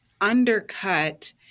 undercut